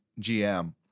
GM